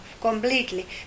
completely